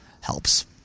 helps